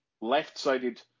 left-sided